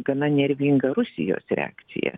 gana nervinga rusijos reakcija